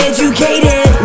Educated